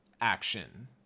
action